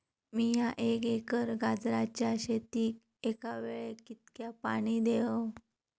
मीया एक एकर गाजराच्या शेतीक एका वेळेक कितक्या पाणी देव?